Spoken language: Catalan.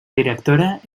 directora